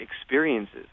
experiences